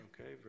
Okay